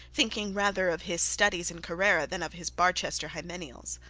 thinking rather of his studies in carrara, than of his barchester hymeneals.